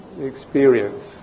experience